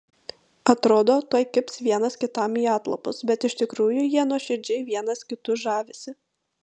atrodo tuoj kibs vienas kitam į atlapus bet iš tikrųjų jie nuoširdžiai vienas kitu žavisi